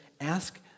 ask